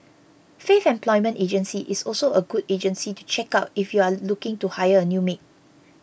Faith Employment Agency is also a good agency to check out if you are looking to hire a new maid